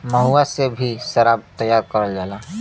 महुआ से भी सराब तैयार करल जाला